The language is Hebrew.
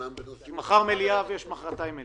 אומנם בנושאים אחרים --- יש מחר מליאה ויש מוחרתיים מליאה.